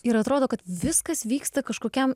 ir atrodo kad viskas vyksta kažkokiam